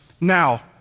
now